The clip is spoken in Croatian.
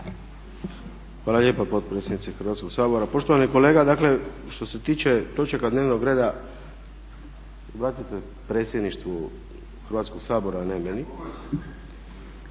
Hvala lijepo potpredsjednice Hrvatskog sabora. Poštovani kolega dakle što se tiče točaka dnevnog reda obratite se predsjedništvu Hrvatskog sabora a ne meni.